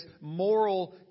moral